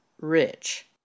rich